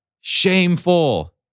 Shameful